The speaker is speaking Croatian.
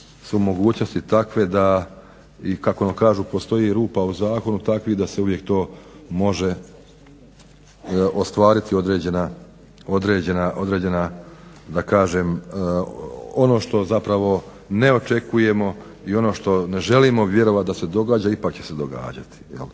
su mogućnosti takve da i kako oni kažu postoji rupa u zakonu takvi da se uvijek to može ostvariti određena da kažem ono što zapravo ne očekujemo i ono što ne želimo vjerovati da se događa ipak će se događati. Sam